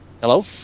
Hello